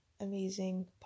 amazing